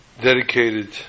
Dedicated